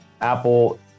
apple